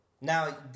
Now